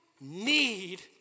need